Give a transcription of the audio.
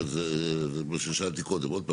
שזה מה ששאלתי קודם עוד פעם,